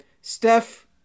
Steph